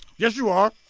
yes you are.